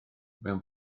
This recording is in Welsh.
mewn